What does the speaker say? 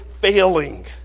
failing